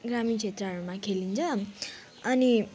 ग्रामीण क्षेत्रहरूमा खेलिन्छ अनि